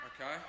Okay